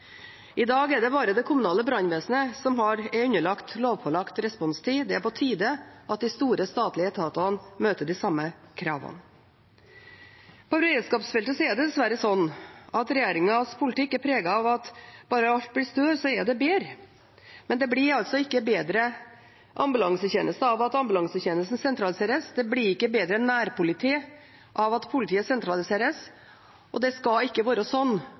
I dag er det bare det kommunale brannvesenet som er underlagt lovpålagt responstid. Det er på tide at de store statlige etatene møter de samme kravene. På beredskapsfeltet er det dessverre slik at regjeringens politikk er preget av at bare alt blir større, er det bedre. Men det blir altså ikke bedre ambulansetjeneste av at ambulansetjenesten sentraliseres. Det blir ikke bedre nærpoliti av at politiet sentraliseres, og det skal ikke være